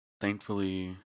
Thankfully